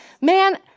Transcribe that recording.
Man